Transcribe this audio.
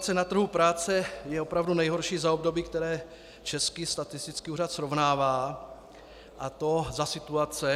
Situace na trhu práce je opravdu nejhorší za období, které Český statistický úřad srovnává, a to za situace